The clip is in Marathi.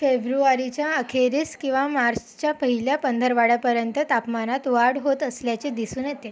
फेब्रुवारीच्या अखेरीस किंवा मार्सच्या पहिल्या पंधरवड्यापर्यंत तापमानात वाढ होत असल्याचे दिसून येते